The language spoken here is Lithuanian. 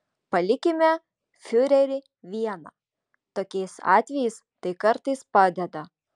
palikime fiurerį vieną tokiais atvejais tai kartais padeda